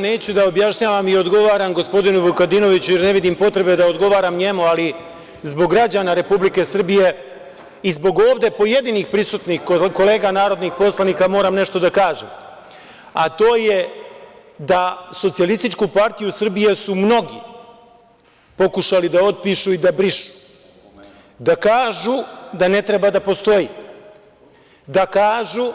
Neću da objašnjavam i odgovaram gospodinu Vukadinoviću jer ne vidim potrebe da odgovaram njemu, ali zbog građana Republike Srbije i zbog ovde pojedinih prisutnih kolega narodnih poslanika moram nešto da kažem, a to je da SPS su mnogi pokušali da otpišu i da brišu, da kažu da ne treba da postoji, da kažu